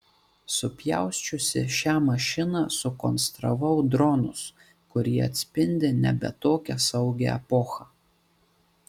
supjausčiusi šią mašiną sukonstravau dronus kurie atspindi nebe tokią saugią epochą